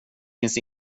finns